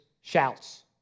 shouts